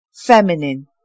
Feminine